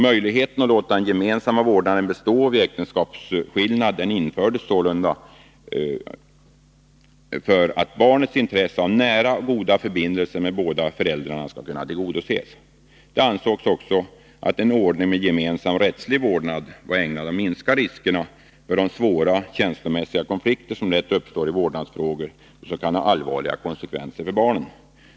Möjligheterna att låta den gemensamma vårdnaden bestå vid äktenskapsskillnad infördes sålunda för att barnets intresse av nära och goda förbindelser med båda föräldrarna skulle kunna tillgodoses. Det ansågs också att en ordning med gemensam rättslig vårdnad var ägnad att minska riskerna för de svåra, känslomässiga konflikter som lätt uppstår i vårdnadsfrågor och som kan ha allvarliga konsekvenser för barnet.